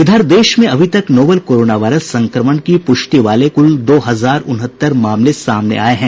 इधर देश में अभी तक नोवल कोरोना वायरस संक्रमण की पूष्टि वाले कुल दो हजार उनहत्तर मामले सामले आये हैं